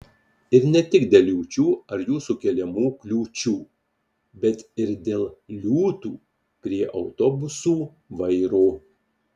ir ne tik dėl liūčių ar jų sukeliamų kliūčių bet ir dėl liūtų prie autobusų vairo